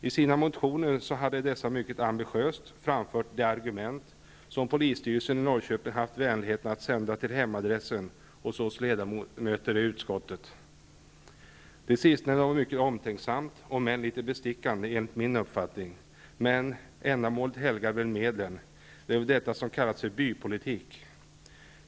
I sina motioner hade man mycket ambitiöst framfört de argument som polisstyrelsen i Norrköping haft vänligheten att sända till hemadressen hos oss ledamöter i utskottet. Det sistnämnda var mycket omtänksamt, om än litet bestickande, enligt min uppfattning. Men ändamålet helgar väl medlen. Det är väl detta som kallas bypolitik.